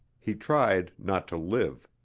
he tried not to live.